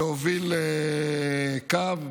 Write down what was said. להוביל קו.